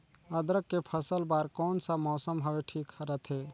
अदरक के फसल बार कोन सा मौसम हवे ठीक रथे?